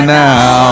now